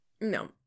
No